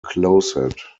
closet